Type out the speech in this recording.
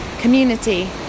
community